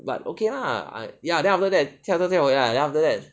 but okay lah I ya then after that lah then after that